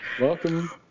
Welcome